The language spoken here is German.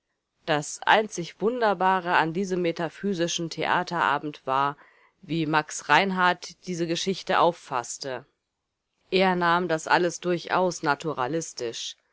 das einzig wunderbare an diesem metaphysischen theaterabend war wie max reinhardt diese geschichte auffaßte er nahm das alles durchaus naturalistisch